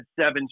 seven